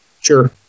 sure